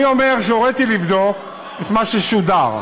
אני אומר שהוריתי לבדוק את מה ששודר,